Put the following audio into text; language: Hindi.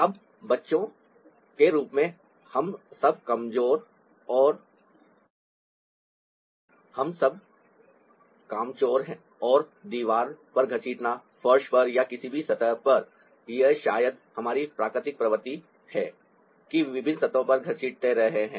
अब बच्चों के रूप में हम सब कामचोर और दीवार पर घसीटना फर्श पर या किसी भी सतह पर यह शायद हमारी प्राकृतिक प्रवृत्ति है कि विभिन्न सतहों पर घसीटते रहें